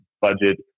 budget